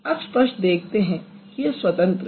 आप स्पष्ट देख सकते हैं कि यह स्वतंत्र है